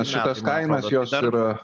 šitos kainos jos yra